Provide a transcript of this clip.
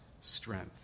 strength